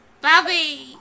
bobby